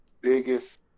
biggest